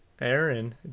Aaron